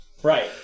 Right